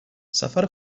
سفر